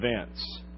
events